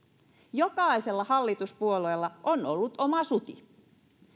jokaisella hallituspuolueella on ollut oma suti